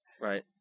Right